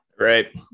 right